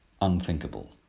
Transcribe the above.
unthinkable